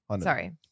Sorry